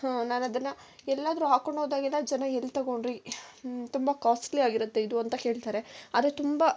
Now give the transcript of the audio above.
ನಾನದನ್ನು ಎಲ್ಲಾದರು ಹಾಕ್ಕೊಂಡು ಹೋದಾಗೆಲ್ಲ ಜನ ಎಲ್ಲಿ ತೊಗೊಂಡ್ರಿ ತುಂಬ ಕಾಸ್ಟ್ಲಿಯಾಗಿರುತ್ತೆ ಇದು ಅಂತ ಹೇಳ್ತಾರೆ ಆದರೆ ತುಂಬ